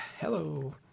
hello